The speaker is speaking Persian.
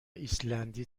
ایسلندی